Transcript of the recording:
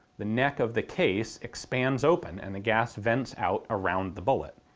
the neck of the case expands open and the gas vents out around the bullet.